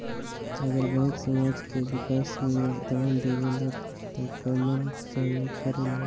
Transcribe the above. अगर बैंक समाज के विकास मे योगदान देबले त कबन सहयोग करल?